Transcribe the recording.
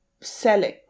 selling